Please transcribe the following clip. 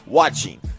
watching